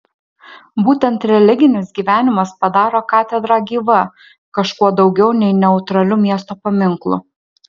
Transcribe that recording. būtent religinis gyvenimas padaro katedrą gyva kažkuo daugiau nei neutraliu miesto paminklu